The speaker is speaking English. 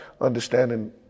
understanding